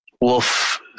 Wolf